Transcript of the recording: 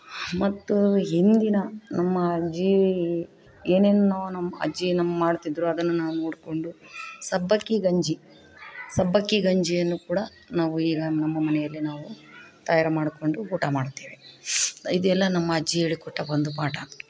ಮತ್ತು ಹಿಂದಿನ ನಮ್ಮ ಅಜ್ಜೀ ಏನೇನೋ ನಮ್ಮ ಅಜ್ಜಿ ನಮ್ಮ ಮಾಡ್ತಿದ್ರು ಅದನ್ನು ನಾವು ನೋಡಿಕೊಂಡು ಸಬ್ಬಕ್ಕಿ ಗಂಜಿ ಸಬ್ಬಕ್ಕಿ ಗಂಜಿಯನ್ನು ಕೂಡ ನಾವು ಈಗ ನಮ್ಮ ಮನೆಯಲ್ಲಿ ನಾವು ತಯಾರು ಮಾಡಿಕೊಂಡು ಊಟ ಮಾಡುತ್ತೇವೆ ಇದುಯೆಲ್ಲ ನಮ್ಮ ಅಜ್ಜಿ ಹೇಳಿಕೊಟ್ಟ ಒಂದು ಪಾಠ